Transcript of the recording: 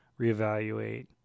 reevaluate